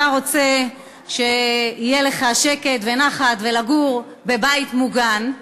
אתה רוצה שיהיה לך שקט ונחת ולגור בבית מוגן.